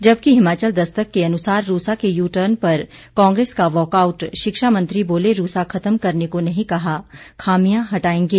जबकि हिमाचल दस्तक के अनुसार रूसा के यू टर्न पर कांग्रेस का वाकआउट शिक्षा मंत्री बोले रूसा खत्म करने को नही कहा खामियां हटायेंगे